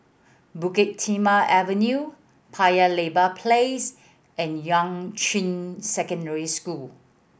Bukit Timah Avenue Paya Lebar Place and Yuan Ching Secondary School